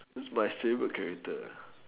that mine favorite character